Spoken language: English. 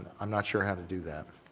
i'm not sure how to do that.